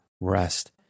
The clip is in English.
rest